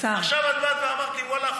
עכשיו את באת ואמרת לי: ואללה,